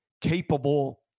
capable